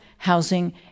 housing